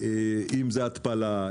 אם זו התפלה,